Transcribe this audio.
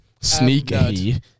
Sneaky